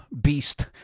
beast